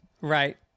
Right